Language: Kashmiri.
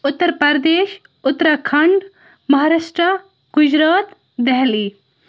اُترپَردیش اُتراکھنٛڈ مہاراشٹرٛا گُجرات دہلی